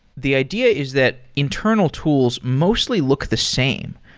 the idea is that internal tools mostly look the same.